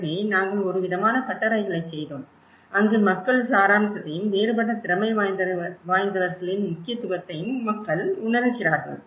எனவே நாங்கள் ஒருவிதமான பட்டறைகளைச் செய்தோம் அங்கு மக்கள் சாராம்சத்தையும் வேறுபட்ட திறமை வாய்ந்தவர்களின் முக்கியத்துவத்தையும் மக்கள் உணருகிறார்கள்